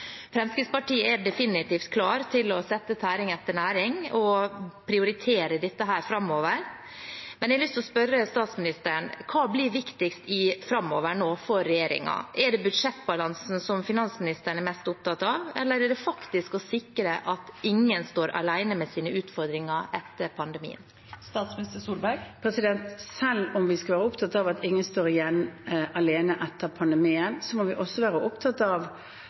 Fremskrittspartiet er definitivt klar til å sette tæring etter næring, prioritere dette framover. Men jeg har lyst til å spørre statsministeren: Hva blir viktigst nå framover for regjeringen? Er det budsjettbalansen finansministeren er opptatt av, eller er det faktisk å sikre at ingen står alene med sine utfordringer etter pandemien? Selv om vi skulle være opptatt av at ingen står igjen alene etter pandemien, må vi også være opptatt av